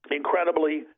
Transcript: incredibly